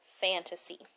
fantasy